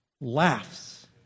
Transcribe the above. laughs